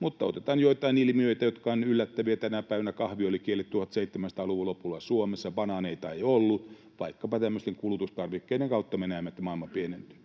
Mutta otetaan joitain ilmiöitä, jotka ovat yllättäviä tänä päivänä: kahvi oli kielletty 1700-luvun lopulla Suomessa, banaaneita ei ollut. Vaikkapa tämmöisten kulutustarvikkeiden kautta me näemme, että maailma pienentyy.